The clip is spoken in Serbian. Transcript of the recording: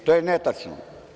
To je netačno.